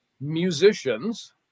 musicians